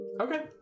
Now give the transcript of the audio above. Okay